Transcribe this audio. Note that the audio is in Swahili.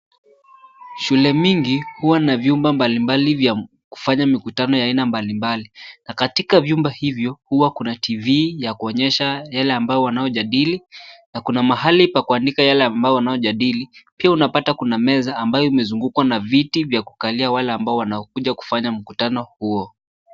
Shule mingi huwa na vyumba mbali mbali vya kufanya mikutano ya aina mbali mbali, na katika vyumba hivyo, huwa kuna TV ya kuonyesha yake ambao wanaojadili, na kuna mahali pa kuandika yale ambao wanaojadili. Pia unapata kuna meza ambayo imezungukwa na viti vya kukalia wale ambao wanaokuja kufanya mkutano huo.